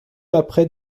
après